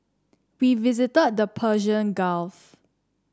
we visited the Persian Gulf